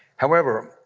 however,